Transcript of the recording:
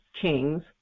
Kings